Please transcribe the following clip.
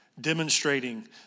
demonstrating